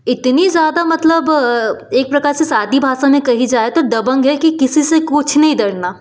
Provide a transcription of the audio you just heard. इतनी ज़्यादा मतलब एक प्रकार से सादी भाषा में कही जाए तो दबंग है कि किसी से कुछ नहीं डरना